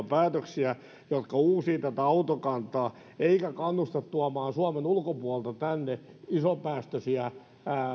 päätöksiä jotka uusivat autokantaa eivätkä kannusta tuomaan suomen ulkopuolelta tänne isopäästöisiä